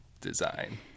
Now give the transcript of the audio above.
design